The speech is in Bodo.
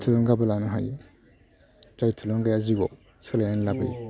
थुलुंगाबो लानो हायो जाय थुलुंगाया जिउआव सोलायनाय लायोबो